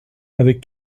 avec